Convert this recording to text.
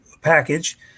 package